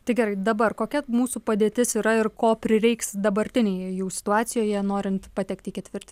tai gerai dabar kokia mūsų padėtis yra ir ko prireiks dabartinėje jų situacijoje norint patekti į ketvirtį